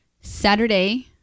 Saturday